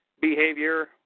behavior